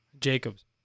Jacobs